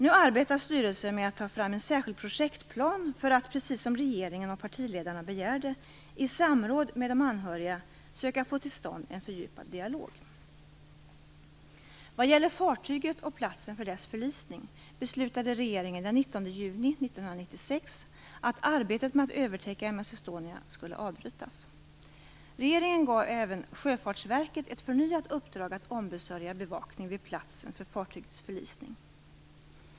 Nu arbetar styrelsen med att ta fram en särskild projektplan för att, precis som regeringen och partiledarna begärde, i samråd med de anhöriga söka få till stånd en fördjupad dialog. Vad gäller fartyget och platsen för dess förlisning beslutade regeringen den 19 juni 1996 att arbetet med att övertäcka m/s Estonia skulle avbrytas. Regeringen gav även Sjöfartsverket ett förnyat uppdrag att ombesörja bevakning vid platsen för fartygets förlisning.